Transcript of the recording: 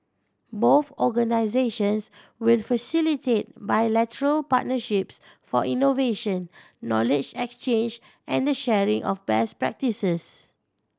both organisations will facilitate bilateral partnerships for innovation knowledge exchange and the sharing of best practices